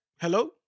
hello